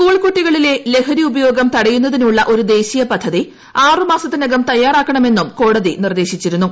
school കുട്ടികളിലെ ലഹരി ഉപയോഗം തടയുന്നതിനുള്ള ഒരു ദേശീയ പദ്ധതി ആറ് മാസത്തിനകം തയ്യാറാക്കണമെന്നും കോടതി നിർദ്ദേശിച്ചിരുന്നു